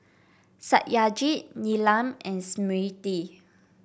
Satyajit Neelam and Smriti